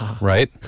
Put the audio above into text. right